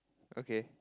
okay